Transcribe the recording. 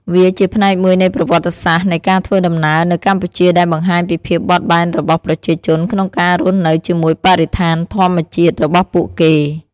វាជាផ្នែកមួយនៃប្រវត្តិសាស្ត្រនៃការធ្វើដំណើរនៅកម្ពុជាដែលបង្ហាញពីភាពបត់បែនរបស់ប្រជាជនក្នុងការរស់នៅជាមួយបរិស្ថានធម្មជាតិរបស់ពួកគេ។